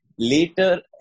Later